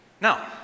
Now